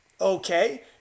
okay